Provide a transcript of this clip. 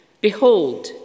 Behold